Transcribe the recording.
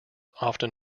often